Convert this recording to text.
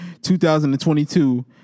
2022